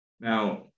Now